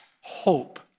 Hope